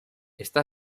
está